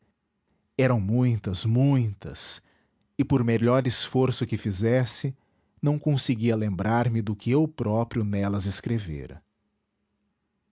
eram muitas muitas e por melhor esforço que fizesse não conseguia lembrar-me do que eu próprio nelas escrevera